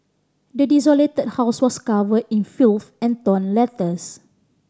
the desolated house was covered in filth and torn letters